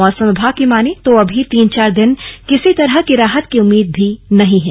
मौसम विभाग की मानें तो अभी तीन चार दिन किसी तरह की राहत की उम्मीद भी नहीं है